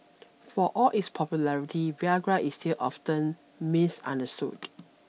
for all its popularity Viagra is still often misunderstood